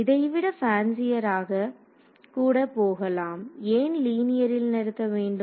இதைவிட பேன்சியராக கூட போகலாம் ஏன் லீனியரில் நிறுத்த வேண்டும்